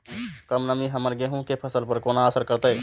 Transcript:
कम नमी हमर गेहूँ के फसल पर केना असर करतय?